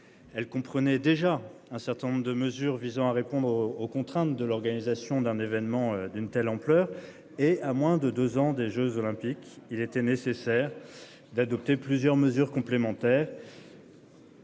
Elle comprenait déjà un certain nombre de mesures visant à répondre aux contraintes de l'organisation d'un événement d'une telle ampleur et à moins de deux ans des Jeux olympiques, il était nécessaire d'adopter plusieurs mesures complémentaires.